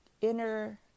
inner